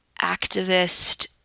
activist